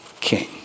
king